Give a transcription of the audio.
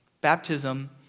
Baptism